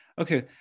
Okay